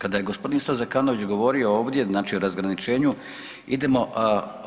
Kada je g. isto Zekanović govorio ovdje znači o razgraničenju idemo